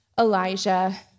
Elijah